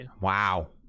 wow